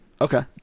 Okay